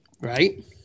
right